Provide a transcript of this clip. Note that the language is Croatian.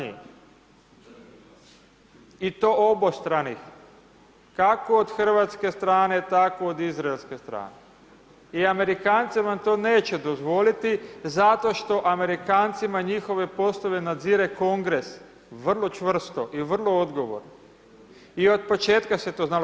I to obostranih, kako od hrvatske strane, tako od izraelske strane, i Amerikanci vam to neće dozvoliti zato što Amerikancima njihove poslove nadzire Kongres, vrlo čvrsto, i vrlo odgovorno, i od početka se to znalo.